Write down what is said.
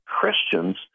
Christians